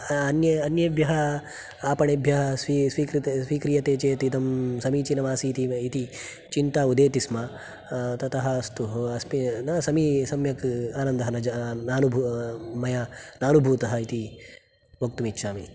अन्ये अन्येभ्यः आपणेभ्यः स्वी स्वीकृ स्वीक्रियते चेत् इदं समीचीनमासीत् इति चिन्ता उदेति स्म ततः अस्तु अस्मिन् न समी सम्यक् आनन्दः न जा नानुभू मया नानुभूतः इति वक्तुमिच्छामि